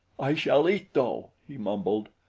i shall eat though, he mumbled.